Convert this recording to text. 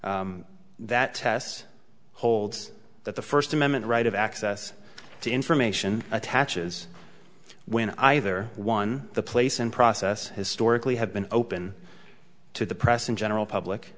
amendment that test holds that the first amendment right of access to information attaches when either one the place and process historically have been open to the press in general public